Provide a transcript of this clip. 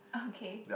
okay